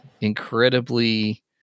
incredibly